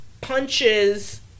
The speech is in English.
punches